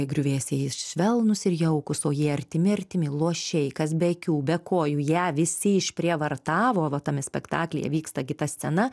griuvėsiais švelnūs ir jaukūs o jie artimi artimi luošiai kas be akių be kojų ją visi išprievartavo va tame spektaklyje vyksta gi ta scena